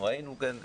היינו כאן,